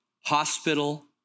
hospital